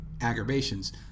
aggravations